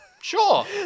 Sure